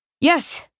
Yes